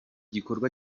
gikorwa